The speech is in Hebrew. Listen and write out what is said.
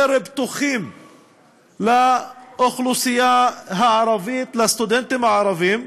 יותר פתוחים לאוכלוסייה הערבית, לסטודנטים הערבים.